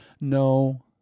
No